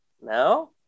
No